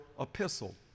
epistle